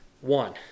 one